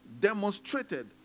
demonstrated